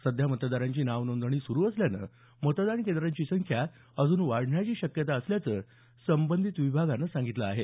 सध्या मतदारांची नाव नोंदणी सुरु असल्यानं मतदान केंद्रं अजून वाढण्याची शक्यता असल्याचं संबधित विभागान सांगितलं आहे